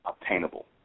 obtainable